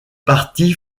parti